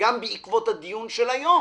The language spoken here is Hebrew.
גם בעקבות הדיון שנערך היום